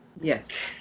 Yes